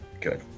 Good